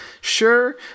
sure